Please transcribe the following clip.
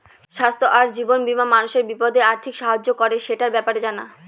স্বাস্থ্য আর জীবন বীমা মানুষের বিপদে আর্থিক সাহায্য করে, সেটার ব্যাপারে জানা